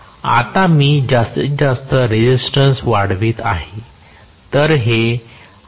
आता मी जास्तीत जास्त रेसिस्टन्स वाढवित आहे तर हे आहे